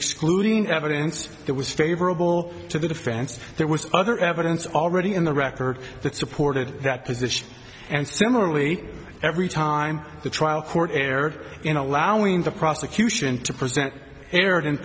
excluding evidence that was favorable to the defense there was other evidence already in the record that supported that position and similarly every time the trial court erred in allowing the prosecution to present err